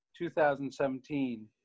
2017